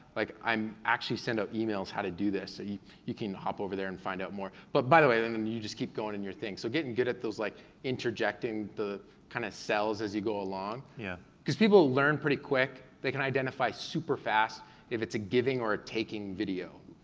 like i'm actually send out emails how to do this, and so you can hop over there and find out more. but by the way, and you you just keep going in your thing. so getting good at those like interjecting the kind of sells as you go along. yeah. cause people learn pretty quick, they can identify super fast if it's a giving or a taking video.